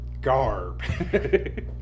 garb